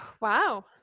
Wow